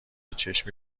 چشمی